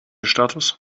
status